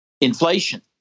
inflation